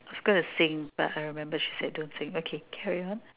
was going to sing but I remember she said don't sing okay carry on